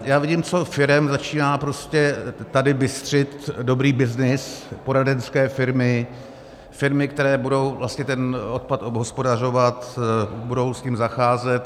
Já vím, co firem začíná prostě tady bystřit dobrý byznys, poradenské firmy, firmy, které budou vlastně ten odpad obhospodařovat, budou s ním zacházet.